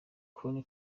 col